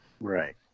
Right